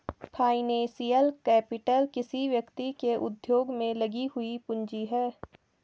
financial capital किसी व्यक्ति के उद्योग में लगी हुई पूंजी है